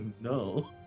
no